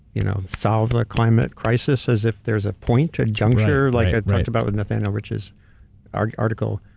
you know solve the climate crisis as if there's a point, a juncture, like i talked about with nathaniel rich's ah article.